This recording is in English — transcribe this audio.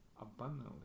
abundantly